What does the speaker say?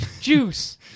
Juice